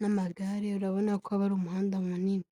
n'amagare, urabona ko aba ari umuhanda munini.